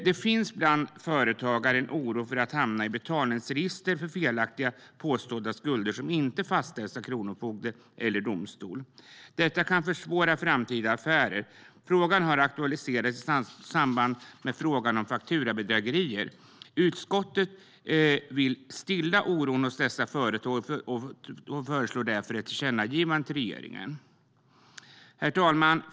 Det finns bland företagare en oro för att hamna i betalningsregister för felaktigt påstådda skulder som inte fastställts av kronofogde eller i domstol. Sådana kan försvåra för framtida affärer. Frågan har aktualiserats i samband med frågan om fakturabedrägerier. Utskottet vill stilla oron hos dessa företagare och föreslår därför ett tillkännagivande till regeringen. Herr talman!